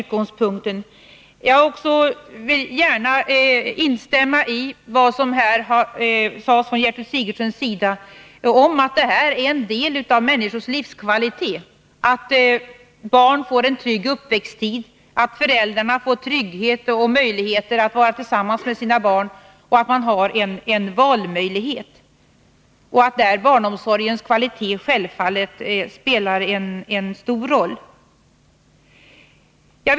Jag vill också gärna instämma i vad Gertrud Sigurdsen sade om att det är en del av människors livskvalitet att barn får en trygg uppväxttid, att föräldrar får känna trygghet och får möjlighet att vara tillsammans med sina barn, att man har en valmöjlighet och att barnomsorgens kvalitet där självfallet spelar en stor roll.